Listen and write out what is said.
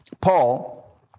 Paul